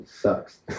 sucks